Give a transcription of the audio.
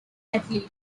athlete